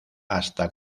hasta